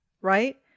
right